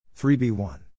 3b1